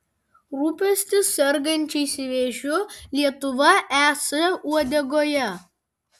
rūpestis sergančiais vėžiu lietuva es uodegoje